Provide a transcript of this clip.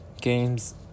Games